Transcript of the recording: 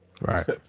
right